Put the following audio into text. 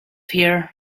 here